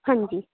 ਹਾਂਜੀ